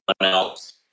else